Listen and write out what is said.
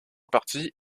partie